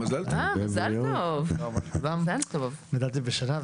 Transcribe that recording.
גדלתי בשנה.